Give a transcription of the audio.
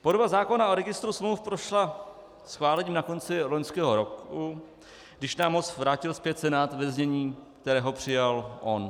Podoba zákona o registru smluv prošla schválením na konci loňského roku, když nám ho vrátil zpět Senát ve znění, v kterém ho přijal on.